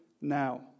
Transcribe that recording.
now